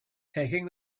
taking